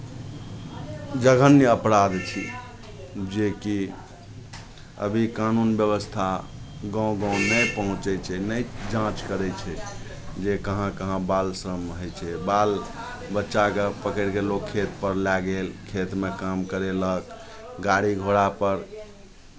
जघन्य अपराध छी जेकि अभी कानून व्यवस्था गाँव गाँव नहि पहुँचै छै नहि जाँच करै छै जे कहाँ कहाँ बाल श्रम होइ छै बाल बच्चाकेँ पकड़ि कऽ लोक खेतपर लए गेल खेतमे काम करयलक गाड़ी घोड़ापर